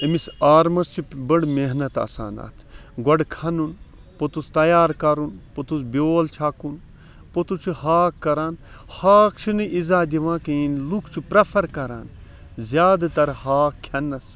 امِس آرمَس چھِ بٔڑۍ محنَت آسان اتھ گۄڈٕ کھَنُن پوٚتُس تَیار کَرُن پوٚتُس بیول چھَکُن پوٚتُس چھُ ہاکھ کَران ہاکھ چھُ نہٕ اِزہ دِوان کِہِیٖنۍ لُکھ چھِ پریٚفَر کَران زیادٕ تَر ہاکھ کھیٚنَس